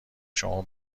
شما